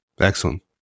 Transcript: Excellent